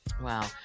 Wow